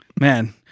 Man